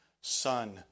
Son